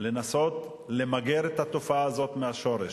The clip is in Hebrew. לנסות למגר את התופעה הזאת מהשורש,